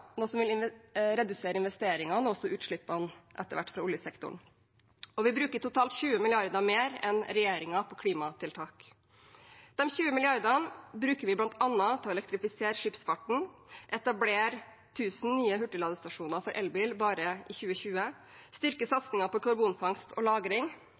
noe som vil redusere investeringene og også etter hvert utslippene fra oljesektoren. Og vi bruker totalt 20 mrd. kr mer enn regjeringen på klimatiltak. De 20 mrd. kr bruker vi bl.a. til å elektrifisere skipsfarten, etablere 1 000 nye hurtigladestasjoner for elbil bare i 2020, styrke satsingen på karbonfangst og